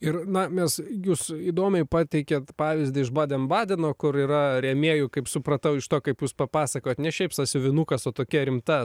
ir na mes jūs įdomiai pateikėt pavyzdį iš baden badeno kur yra rėmėjų kaip supratau iš to kaip jūs papasakojot ne šiaip sąsiuvinukas o tokia rimta